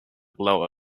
blower